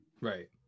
right